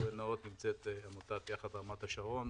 נמצאת עמותת יחד רמת השרון,